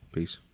Peace